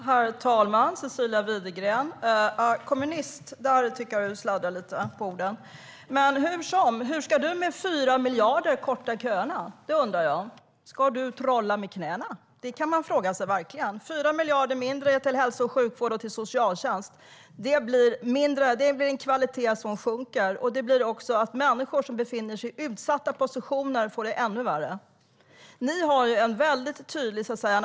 Herr talman! Cecilia Widegren använder ordet "kommunist". Där tycker jag att du sladdrar lite på orden. Hur ska du korta köerna med 4 miljarder mindre? Det undrar jag. Ska du trolla med knäna? Det kan man verkligen fråga sig. Det blir 4 miljarder mindre till hälso och sjukvård och till socialtjänst. Kvaliteten kommer att sjunka, och människor i utsatta positioner kommer att få det ännu värre.